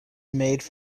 made